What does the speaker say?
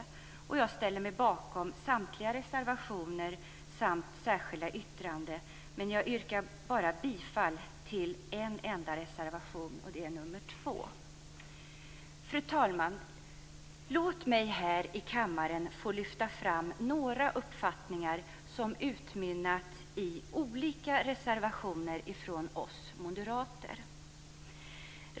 Jag ställer mig bakom samtliga reservationer och särskilda yttranden, men jag yrkar bara bifall till en enda reservation, nr 2. Fru talman! Låt mig här i kammaren få lyfta fram några uppfattningar som utmynnat i olika reservationer från oss moderater.